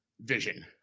vision